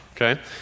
Okay